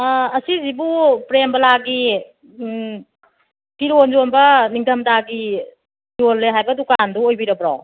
ꯑꯁꯤꯁꯨꯕꯨ ꯄ꯭ꯔꯦꯝ ꯕꯂꯥꯒꯤ ꯐꯤꯔꯣꯟ ꯌꯣꯟꯕ ꯅꯤꯡꯊꯝ ꯊꯥꯒꯤ ꯌꯣꯟꯂꯦ ꯍꯥꯏꯕ ꯗꯨꯀꯥꯟꯗꯣ ꯑꯣꯏꯕꯤꯔꯕ꯭ꯔꯣ